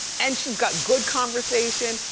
and she's got good conversation,